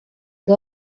que